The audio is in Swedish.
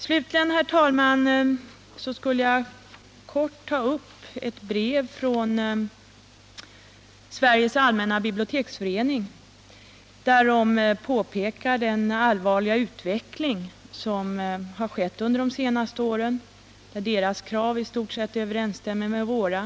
Slutligen, herr talman, skulle jag vilja återge några korta avsnitt ur ett brev från Sveriges allmänna biblioteksförening, där man pekar på den allvarliga utveckling som skett under de senaste åren. Biblioteksföreningens krav överensstämmer i stort sett med våra.